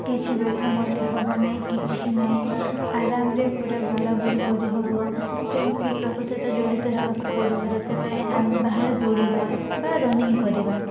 କିଛି ବ୍ୟଥା ମଧ୍ୟ ହବ ନାହିଁ କିଛି ନାଇଁ ଆରାମରେ ପୁରା ବୁଲାବୁଲି କରିହବ ସେମିତି ପ୍ରକୃତି ସହିତ ଜଡ଼ିତ ହେବାକୁ ପଡ଼ିବ ଯେତେବେଳେ ଆମେ ବାହାରେ ଦୌଡ଼ିବା ବା ରନିଙ୍ଗ କରିବା